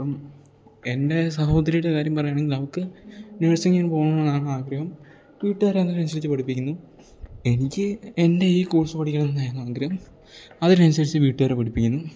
അപ്പം എൻ്റെ സഹോദരിയുടെ കാര്യം പറയുകയാണെങ്കിൽ അവൾക്ക് നഴ്സിംഗ്ന് പോവണമെന്നാണ് ആഗ്രഹം വീട്ടുകാരതിനനുസരിച്ച് പഠിപ്പിക്കുന്നു എനിക്ക് എൻ്റെ ഈ കോഴ്സ് പഠിക്കണമെന്നായിരുന്നു ആഗ്രഹം അതിനനുസരിച്ച് വീട്ടുകാർ പഠിപ്പിക്കുന്നു